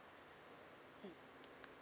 mm